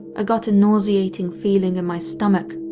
ah got a nauseating feeling in my stomach.